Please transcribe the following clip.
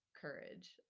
courage